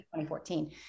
2014